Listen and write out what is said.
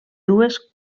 dues